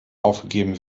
aufgegeben